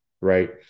right